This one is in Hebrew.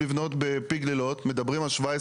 כשאתה במשבר יש את פרק הזמן שבו המשבר בשיאו,